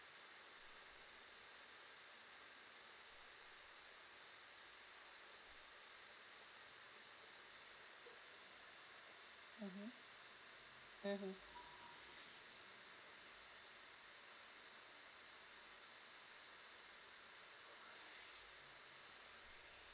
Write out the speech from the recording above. mmhmm mmhmm